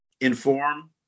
inform